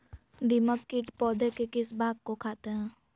दीमक किट पौधे के किस भाग को खाते हैं?